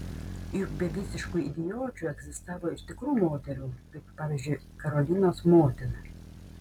juk be visiškų idiočių egzistavo ir tikrų moterų kaip pavyzdžiui karolinos motina